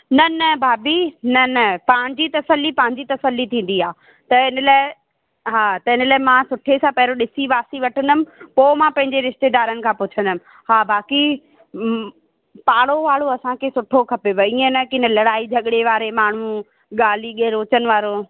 न न भाभी न न पंहिंजी तसली पंहिंजी तसली थींदी आहे त हिन लाइ हा त हिन लाइ मां सुठे सां पहिरियों ॾिसी वासी वठंदमि पोइ मां पंहिंजे रिश्तेदारनि खां पुछंदमि हा बाक़ी पाड़ो वाड़ो असांखे सुठो खपेव इअं न कि लड़ाई झॻिड़े वारे माण्हू गाली गलौच वारो